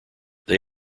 they